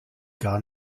gar